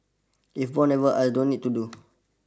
if born never I don't need to do